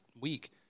week